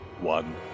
One